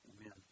Amen